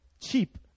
cheap